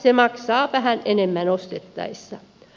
se maksaa vähän enemmän ostettaessa